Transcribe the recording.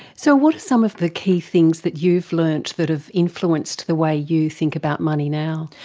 so what are some of the key things that you've learnt that have influenced the way you think about money now?